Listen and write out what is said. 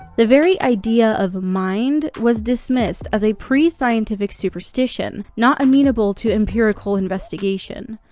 the very idea of mind was dismissed as a pre-scientific superstition, not amenable to empirical investigation.